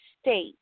state